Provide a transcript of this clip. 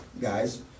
guys